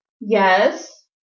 Yes